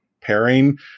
pairing